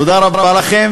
תודה רבה לכם.